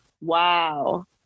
Wow